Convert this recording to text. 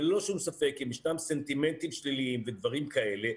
אבל ללא שום ספק אם ישנם סנטימנטים שליליים ודברים כאלה,